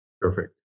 Perfect